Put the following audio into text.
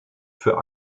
für